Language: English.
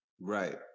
right